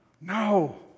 No